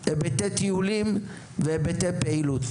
היבטי טיולים והיבטי פעילות".